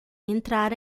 entrar